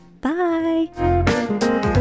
Bye